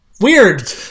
weird